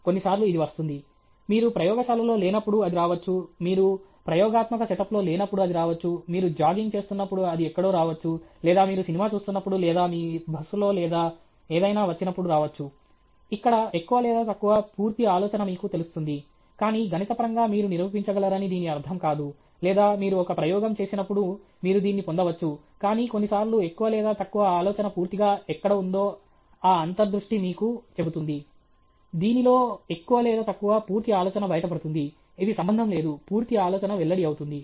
కొన్నిసార్లు ఇది వస్తుంది మీరు ప్రయోగశాలలో లేనప్పుడు అది రావచ్చు మీరు ప్రయోగాత్మక సెటప్లో లేనప్పుడు అది రావచ్చు మీరు జాగింగ్ చేస్తున్నప్పుడు అది ఎక్కడో రావచ్చు లేదా మీరు సినిమా చూస్తున్నప్పుడు లేదా మీ బస్సులో లేదా ఏదైనా వచ్చినప్పుడు రావచ్చు ఇక్కడ ఎక్కువ లేదా తక్కువ పూర్తి ఆలోచన మీకు తెలుస్తుంది కానీ గణితపరంగా మీరు నిరూపించగలరని దీని అర్థం కాదు లేదా మీరు ఒక ప్రయోగం చేసినప్పుడు మీరు దీన్ని పొందవచ్చు కానీ కొన్నిసార్లు ఎక్కువ లేదా తక్కువ ఆలోచన పూర్తిగా ఎక్కడ ఉందో ఆ అంతర్ దృష్టి మీకు చెబుతుంది దీనిలో ఎక్కువ లేదా తక్కువ పూర్తి ఆలోచన బయటపడుతుంది ఇది సంబంధం లేదు పూర్తి ఆలోచన వెల్లడి అవుతుంది